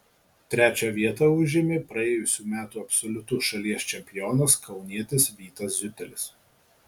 trečią vietą užėmė praėjusių metų absoliutus šalies čempionas kaunietis vytas ziutelis